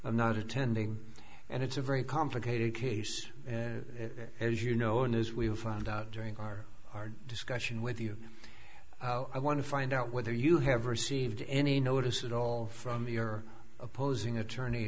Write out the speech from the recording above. not attending and it's a very complicated case and as you know and as we have found out during our discussion with you i want to find out whether you have received any notice at all from your opposing attorney